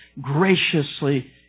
graciously